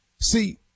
See